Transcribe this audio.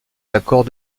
l’accord